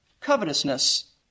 covetousness